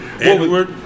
Edward